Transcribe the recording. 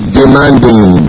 demanding